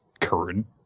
current